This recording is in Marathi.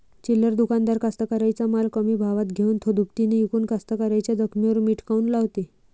चिल्लर दुकानदार कास्तकाराइच्या माल कमी भावात घेऊन थो दुपटीनं इकून कास्तकाराइच्या जखमेवर मीठ काऊन लावते?